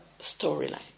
storyline